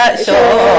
so